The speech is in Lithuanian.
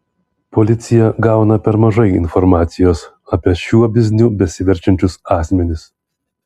policija gauna per mažai informacijos apie šiuo bizniu besiverčiančius asmenis